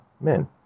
men